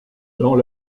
dans